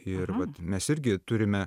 ir vat mes irgi turime